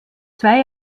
zwei